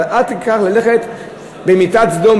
אבל אל תשים במיטת סדום,